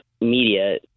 media